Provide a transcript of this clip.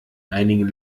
einigen